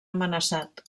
amenaçat